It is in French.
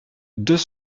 deux